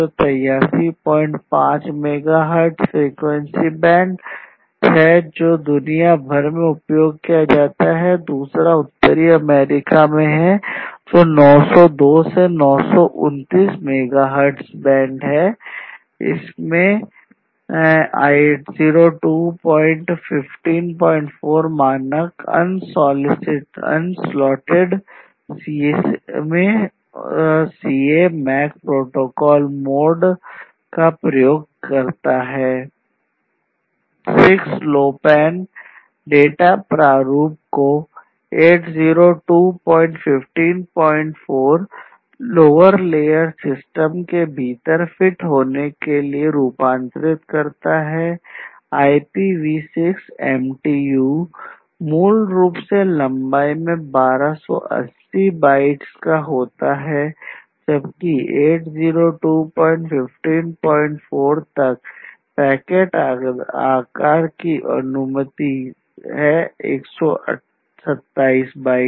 6LoWPAN data प्रारूप को 802154 lower layer system की अनुमति है 127 बाइट्स